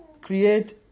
create